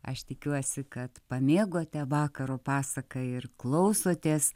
aš tikiuosi kad pamėgote vakaro pasaką ir klausotės